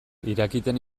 irakiten